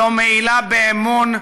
זו מעילה באמון,